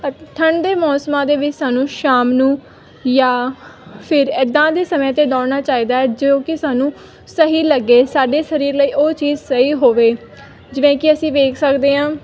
ਠੰਡ ਦੇ ਮੌਸਮਾਂ ਦੇ ਵਿੱਚ ਸਾਨੂੰ ਸ਼ਾਮ ਨੂੰ ਜਾਂ ਫਿਰ ਇੱਦਾਂ ਦੇ ਸਮੇਂ 'ਤੇ ਦੌੜਨਾ ਚਾਹੀਦਾ ਜੋ ਕਿ ਸਾਨੂੰ ਸਹੀ ਲੱਗੇ ਸਾਡੇ ਸਰੀਰ ਲਈ ਉਹ ਚੀਜ਼ ਸਹੀ ਹੋਵੇ ਜਿਵੇਂ ਕਿ ਅਸੀਂ ਵੇਖ ਸਕਦੇ ਹਾਂ